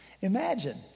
Imagine